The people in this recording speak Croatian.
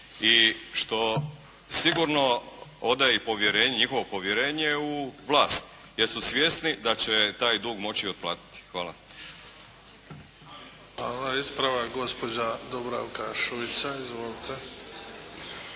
i što sigurno odaje i povjerenje, njihovo povjerenje u vlast jer su svjesni da će taj dug moći otplatiti. Hvala. **Bebić, Luka (HDZ)** Hvala. Ispravak gospođa Dubravka Šuica. Izvolite.